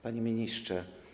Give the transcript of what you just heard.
Panie Ministrze!